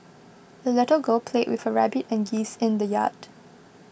the little girl played with her rabbit and geese in the yard